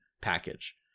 package